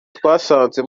twasanze